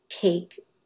take